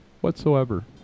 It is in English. whatsoever